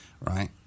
Right